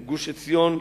גוש-עציון,